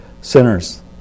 sinners